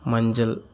மஞ்சள்